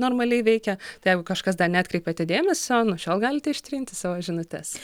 normaliai veikia tai jeigu kažkas dar neatkreipėte dėmesio nuo šiol galite ištrinti savo žinutes